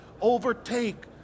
overtake